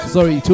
Sorry